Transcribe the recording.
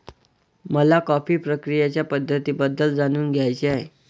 मला कॉफी प्रक्रियेच्या पद्धतींबद्दल जाणून घ्यायचे आहे